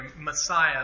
Messiah